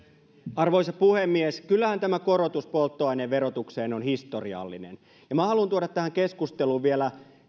arvoisa puhemies kyllähän tämä korotus polttoaineverotukseen on historiallinen minä haluan tuoda tähän keskusteluun vielä